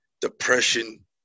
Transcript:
Depression